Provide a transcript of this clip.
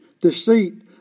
Deceit